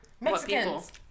Mexicans